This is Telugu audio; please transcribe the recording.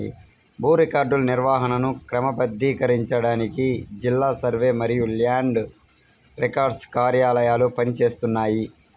భూ రికార్డుల నిర్వహణను క్రమబద్ధీకరించడానికి జిల్లా సర్వే మరియు ల్యాండ్ రికార్డ్స్ కార్యాలయాలు పని చేస్తున్నాయి